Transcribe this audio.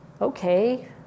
okay